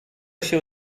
się